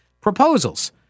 proposals